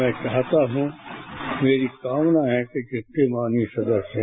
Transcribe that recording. मै चाहता हूं मेरी कामना है कि जितने माननीय सदस्य हैं